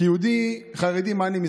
כיהודי חרדי, על מה אני מסתכל?